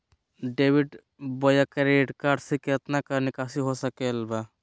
Debit बोया credit card से कितना का निकासी हो सकल बा?